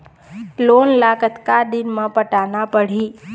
Loan ला कतका दिन मे पटाना पड़ही?